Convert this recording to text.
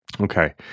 Okay